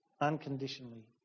unconditionally